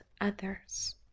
others